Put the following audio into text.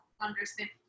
understand